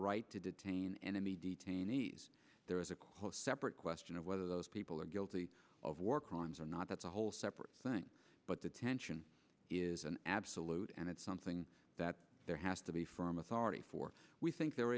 right to detain enemy detainees there is a separate question of whether those people are guilty of war crimes or not that's a whole separate thing but detention is an absolute and it's something that there has to be firm authority for we think there